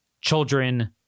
children